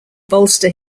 bolster